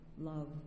love